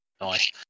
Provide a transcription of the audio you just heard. Nice